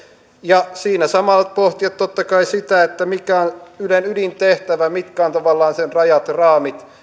ja siinä samalla pohtia totta kai sitä mikä on ylen ydintehtävä mitkä ovat tavallaan sen rajat ja raamit